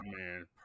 man